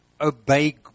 obey